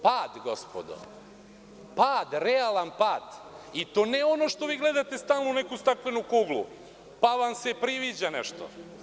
Pad, gospodo, realan i to ne ono što vi gledate stalno u neku staklenu kuglu pa vam se priviđa nešto.